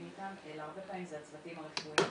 אתם אלא הרבה פעמים אלה הצוותים הרפואיים.